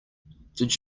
did